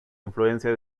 influencia